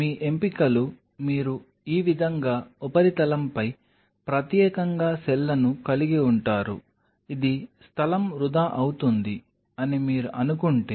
మీ ఎంపికలు మీరు ఈ విధంగా ఉపరితలంపై ప్రత్యేకంగా సెల్లను కలిగి ఉంటారు ఇది స్థలం వృధా అవుతుంది అని మీరు అనుకుంటే ఒక రకంగా ఉంటుంది